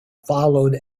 followed